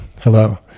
Hello